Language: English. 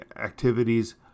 activities